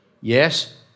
Yes